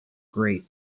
great